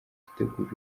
dutegura